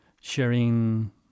sharing